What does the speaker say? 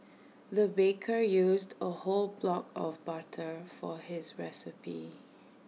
the baker used A whole block of butter for his recipe